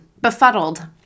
befuddled